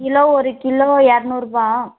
kilo ஒரு kilo இரநூறுபா